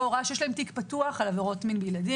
הוראה שיש להם תיק פתוח על עבירות מין בילדים.